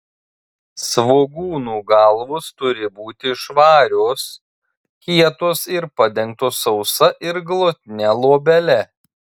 svogūnų galvos turi būti švarios kietos ir padengtos sausa ir glotnia luobele